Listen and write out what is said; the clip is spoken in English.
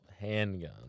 Handgun